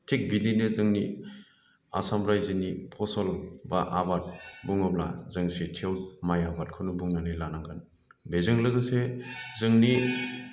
थिग बिदिनो जोंनि आसाम रायजोनि फसल बा आबाद बुङोब्ला जों सेथियाव माइ आबादखौनो बुंनानै लानांगोन बेजों लोगोसे जोंनि